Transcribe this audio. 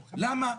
למה?